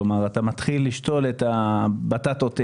כלומר אתה מתחיל לשתול את הבטטות M,